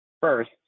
First